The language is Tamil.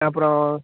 அப்புறம்